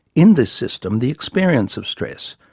in this system, the experience of stress,